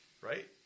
Right